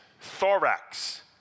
thorax